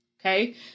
Okay